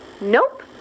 Nope